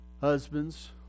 Husbands